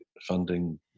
funding